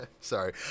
Sorry